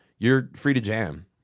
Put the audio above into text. you're free to jam.